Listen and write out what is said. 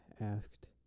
asked